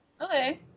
Okay